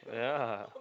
ya